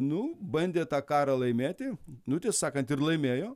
nu bandė tą karą laimėti nu tiesą sakant ir laimėjo